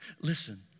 Listen